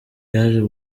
yaje